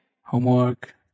Homework